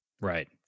Right